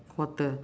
quarter